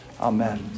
Amen